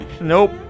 nope